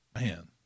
Man